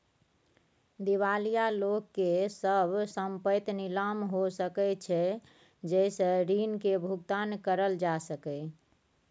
दिवालिया लोक के सब संपइत नीलाम हो सकइ छइ जइ से ऋण के भुगतान करल जा सकइ